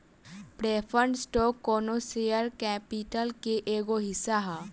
preferred stock कौनो share capital के एगो हिस्सा ह